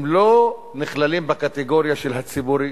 הם לא נכללים בקטגוריה של הציבורי,